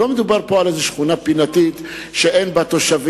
לא מדובר פה על שכונה פינתית, שאין בה תושבים.